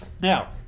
now